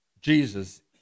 Jesus